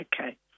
Okay